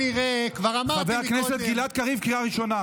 חבר הכנסת גלעד קריב, קריאה ראשונה.